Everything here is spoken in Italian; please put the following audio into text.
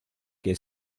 che